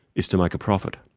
is to make a profit.